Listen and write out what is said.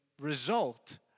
result